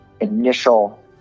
initial